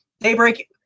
Daybreak